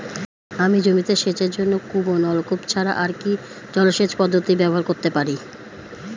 আমি জমিতে সেচের জন্য কূপ ও নলকূপ ছাড়া আর কি জলসেচ পদ্ধতি ব্যবহার করতে পারি?